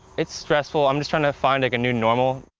it's stressful on this trying to find a new normal.